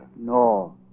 No